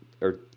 or-